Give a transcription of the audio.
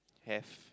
have